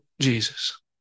Jesus